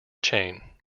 chain